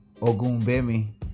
Ogunbemi